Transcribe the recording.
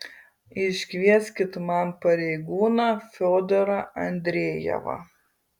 iškvieskit man pareigūną fiodorą andrejevą